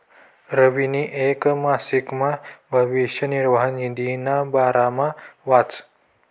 रवीनी येक मासिकमा भविष्य निर्वाह निधीना बारामा वाचं